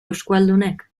euskualdunek